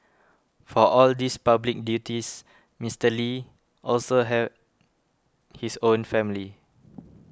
for all his public duties Mister Lee also had his own family